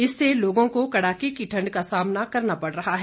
इसके चलते लोगों को कड़ाके की ठंड का सामना करना पड़ रहा है